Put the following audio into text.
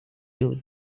you